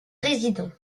résident